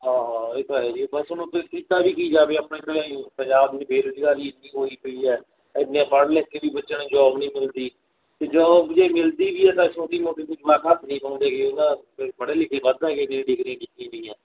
ਹਾਂ ਹਾਂ ਇਹ ਤਾਂ ਹੈ ਜੀ ਬਸ ਹੁਣ ਕੀਤਾ ਵੀ ਕੀ ਜਾਵੇ ਆਪਣੇ ਕੋਲ ਪੰਜਾਬ ਦੀ ਬੇਰੁਜ਼ਗਾਰੀ ਐਨੀ ਹੋਈ ਪਈ ਹੈ ਐਨੀਆਂ ਪੜ੍ਹ ਲਿਖ ਕੇ ਵੀ ਬੱਚਿਆਂ ਨੂੰ ਜੋਬ ਨਹੀਂ ਮਿਲਦੀ ਅਤੇ ਜੋਬ ਜੇ ਮਿਲਦੀ ਵੀ ਹੈ ਤਾਂ ਛੋਟੀ ਮੋਟੀ ਨੂੰ ਜਵਾਕ ਹੱਥ ਨਹੀਂ ਪਾਉਂਦੇ ਹੈਗੇ ਉਹ ਨਾ ਵੀ ਪੜ੍ਹੇ ਲਿਖੇ ਵੱਧ ਹੈਗੇ ਜੇ ਡਿਗਰੀਆਂ ਕੀਤੀਆਂ ਗਈਆਂ